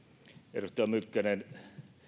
edustaja mykkänen